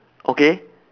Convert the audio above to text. okay